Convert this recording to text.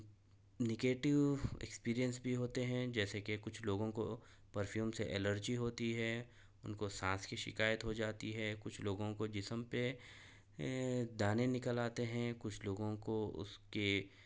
negative experience بھی ہوتے ہیں جیسے کہ کچھ لوگوں کو پرفیوم سے الرجی ہوتی ہے ان کو سانس کی شکایت ہو جاتی ہے کچھ لوگوں کو جسم پہ دانے نکل آتے ہیں کچھ لوگوں کو اس کے